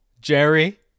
Jerry